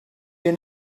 you